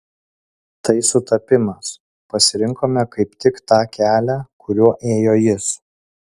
tai sutapimas pasirinkome kaip tik tą kelią kuriuo ėjo jis